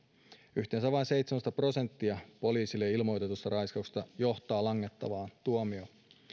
yhteensä vain seitsemäntoista prosenttia poliisille ilmoitetuista raiskauksista johtaa langettavaan tuomioon